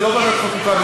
זאת לא ועדת החוקה,